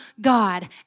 God